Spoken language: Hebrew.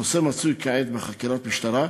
הנושא מצוי כעת בחקירת משטרה.